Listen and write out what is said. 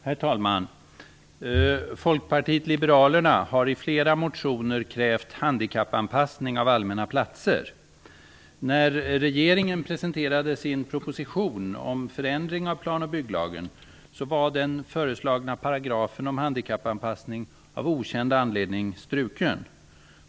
Herr talman! Folkpartiet liberalerna har i flera motioner krävt handikappanpassning av allmänna platser. När regeringen presenterade sin proposition om förändring av plan och bygglagen var den föreslagna paragrafen om handikappanpassning av okänd anledning struken.